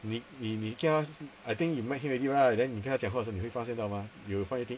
你你你 I think you met him already right then you 跟他讲话时你会发现到吗 you find anything